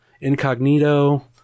incognito